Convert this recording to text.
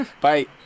Bye